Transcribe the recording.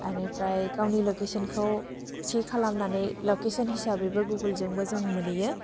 बेनिफ्राय गावनि लकेसनखौ थि खालामनानै लकेसन हिसाबैबो गुगोलजोंबो जों मोनहैयो